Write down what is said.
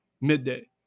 midday